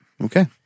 Okay